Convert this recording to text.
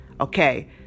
Okay